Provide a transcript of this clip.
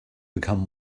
become